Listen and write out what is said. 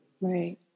Right